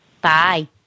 Bye